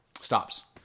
Stops